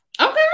okay